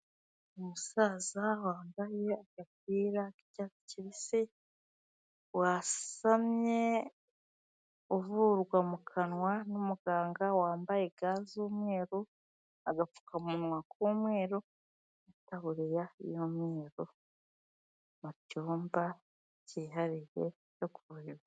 Umusaza wambaye agapira k'icyatsi kibisi, wasamye uvurwa mu kanwa n'umuganga wambaye ga z'umweru, agapfukamunwa k'umweru, itaburiya y'umweru, mu cyumba kihariye cyo kuvurirwamo.